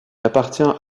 appartient